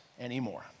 anymore